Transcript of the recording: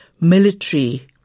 military